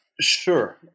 Sure